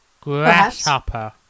Grasshopper